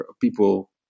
people